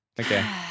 Okay